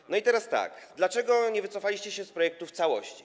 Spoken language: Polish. I teraz tak: Dlaczego nie wycofaliście się z projektu w całości?